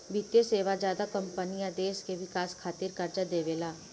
वित्तीय सेवा ज्यादा कम्पनी आ देश के विकास खातिर कर्जा देवेला